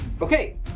Okay